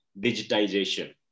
digitization